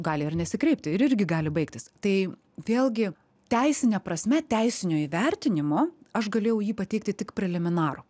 gali ir nesikreipti ir irgi gali baigtis tai vėlgi teisine prasme teisinio įvertinimo aš galėjau jį pateikti tik preliminarų